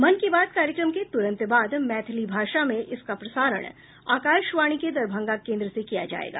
मन की बात कार्यक्रम के तुरंत बाद मैथिली भाषा में इसका प्रसारण आकाशवाणी के दरभंगा केन्द्र से किया जायेगा